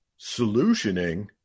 solutioning